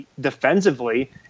defensively